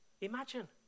imagine